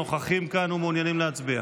נוכחים כאן ומעוניינים להצביע?